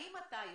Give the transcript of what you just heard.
האם אתה יודע,